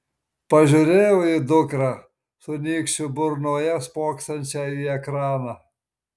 pažiūrėjau į dukrą su nykščiu burnoje spoksančią į ekraną